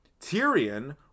Tyrion